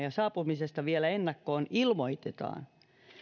ja saapumisesta vielä ennakkoon ilmoitetaan